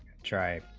try